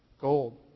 gold